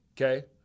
Okay